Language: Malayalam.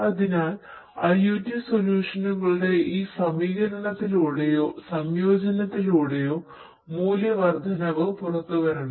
അതിനാൽ IOT സൊല്യൂഷനുകളുടെ ഈ സമീകരണത്തിലൂടെയോ സംയോജനത്തിലൂടെയോ മൂല്യവർദ്ധനവ് പുറത്തുവരണം